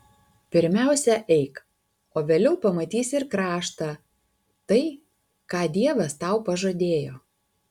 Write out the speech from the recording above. pirmiausia eik o vėliau pamatysi ir kraštą tai ką dievas tau pažadėjo